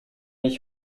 ich